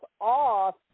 off